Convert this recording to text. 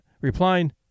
replying